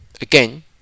Again